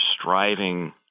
striving